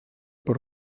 per